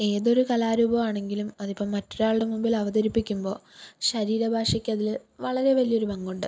ഏതൊരു കലാരൂപമാണെങ്കിലും അതിപ്പം മറ്റൊരാളുടെ മുൻപിലവതരിപ്പിക്കുമ്പോൾ ശരീര ഭാഷക്കതിൽ വളരെ വലിയൊരു പങ്കുണ്ട്